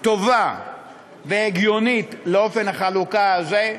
טובה והגיונית לאופן החלוקה הזה,